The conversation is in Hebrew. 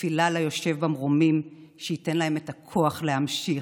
ותפילה ליושב במרומים שייתן להם את הכוח להמשיך.